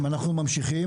המנכ"ל,